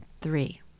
Three